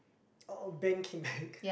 oh oh band came back